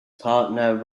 partner